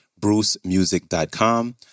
brucemusic.com